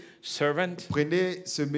servant